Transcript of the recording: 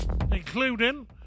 including